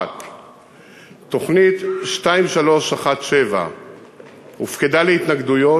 1. תוכנית 2317 הופקדה להתנגדויות,